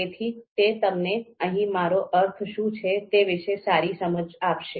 તેથી તે તમને અહીં મારો અર્થ શું છે તે વિશે સારી સમજ આપશે